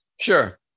Sure